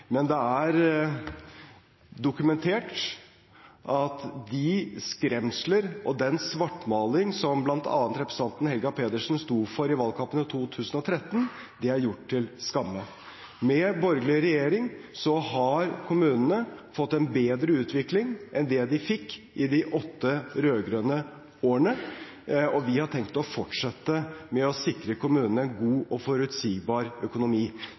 Men det er dokumentert at de skremsler og den svartmaling som bl.a. representanten Helga Pedersen sto for i valgkampen i 2013, er gjort til skamme. Med borgerlig regjering har kommunene fått en bedre utvikling enn det de fikk i de åtte rød-grønne årene, og vi har tenkt å fortsette med å sikre kommunene god og forutsigbar økonomi.